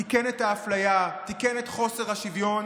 תיקן את האפליה, תיקן את חוסר השוויון